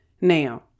Now